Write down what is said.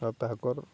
ଆଉ ତାହାକର